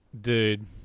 dude